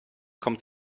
kommt